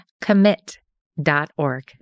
commit.org